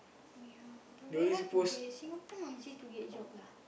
yeah but very hard to get Singapore not easy to get job lah